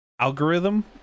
algorithm